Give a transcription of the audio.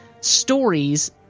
stories